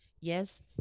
Yes